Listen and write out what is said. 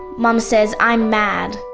mum says i'm mad!